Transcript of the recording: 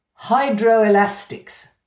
Hydroelastics